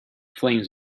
flames